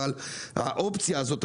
אבל האופציה הזאת,